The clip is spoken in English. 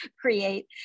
create